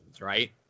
right